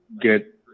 get